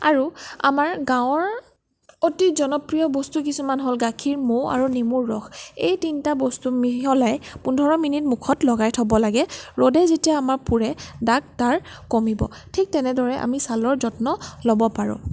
আৰু আমাৰ গাঁৱৰ অতি জনপ্ৰিয় বস্তু কিছুমান হ'ল গাখীৰ মৌ আৰু নেমুৰ ৰস এই তিনিটা বস্তু মিহলাই পোন্ধৰ মিনিট মুখত লগাই থব লাগে ৰ'দে যেতিয়া আমাক পোৰে দাগ তাৰ কমিব ঠিক তেনেদৰে আমি ছালৰ যত্ন ল'ব পাৰোঁ